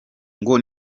ngo